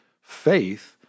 faith